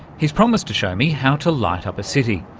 he's promised to show me how to light up a city.